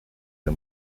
der